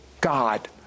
God